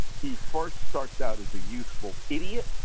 he first starts out as a useful idiot.